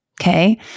Okay